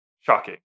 Shocking